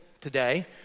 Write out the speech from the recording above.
today